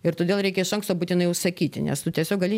ir todėl reikia iš anksto būtinai užsakyti nes tu tiesiog gali